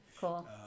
Cool